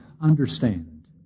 understand